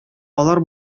алар